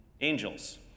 angels